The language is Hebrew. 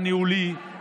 לא אמרתי לה